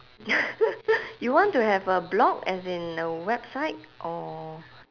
you want to have a blog as in a website or